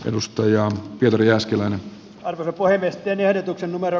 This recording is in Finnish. edustajaa vitoria scilainen artur puheviestien ehdotuksen numero